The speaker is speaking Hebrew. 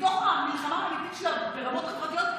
מתוך המלחמה האמיתית שלה ברמות חברתיות,